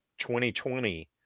2020